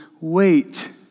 wait